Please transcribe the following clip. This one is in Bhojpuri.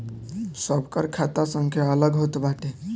सबकर खाता संख्या अलग होत बाटे